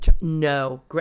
No